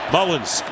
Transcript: Mullins